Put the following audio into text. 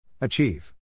Achieve